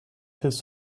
his